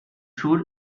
sur